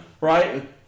Right